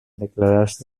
declararse